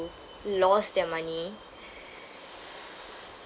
lost their money